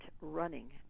running